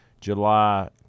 July